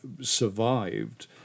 survived